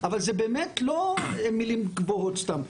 אבל זה לא מילים גבוהות סתם.